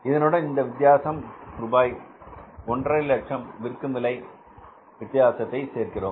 இதனுடன் இந்த வித்தியாசம் ரூபாய் 150000 விற்கும் விலை வித்தியாசத்தை சேர்க்கிறோம்